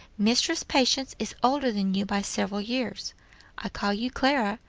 mistress patience is older than you by several years. i call you clara,